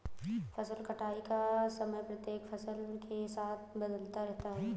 फसल कटाई का समय प्रत्येक फसल के साथ बदलता रहता है